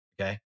Okay